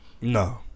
No